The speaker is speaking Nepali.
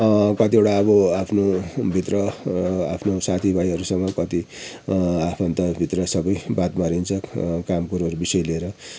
कतिवटा अब आफ्नो भित्र आफ्नो साथी भाईहरूसँग कति आफन्तहरूभित्र सबै बात मारिन्छ काम कुरोहरूको विषय लिएर